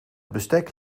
bestek